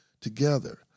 together